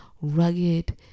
rugged